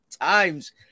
times